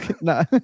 no